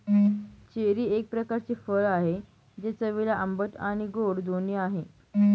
cherry एक प्रकारचे फळ आहे, ते चवीला आंबट आणि गोड दोन्ही आहे